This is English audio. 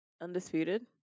Undisputed